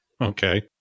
Okay